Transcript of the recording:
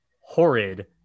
horrid